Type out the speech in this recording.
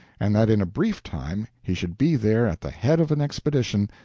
and that in a brief time he should be there at the head of an expedition,